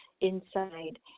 inside